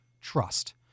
Trust